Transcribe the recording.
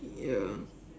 ya